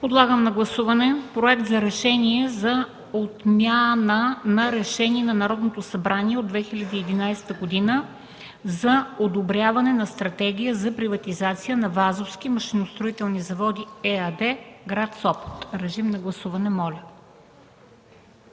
Подлагам на гласуване Проект за решение за отмяна на Решение на Народното събрание от 2011 г. за одобряване на Стратегия за приватизация на Вазовски машиностроителни заводи – ЕАД, гр. Сопот. Гласували